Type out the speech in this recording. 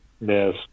Yes